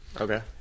okay